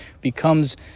becomes